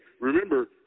remember